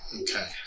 Okay